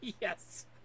Yes